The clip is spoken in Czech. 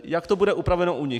Jak to bude upraveno u nich?